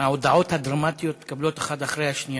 ההודעות הדרמטיות מתקבלות האחת אחרי השנייה,